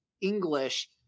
English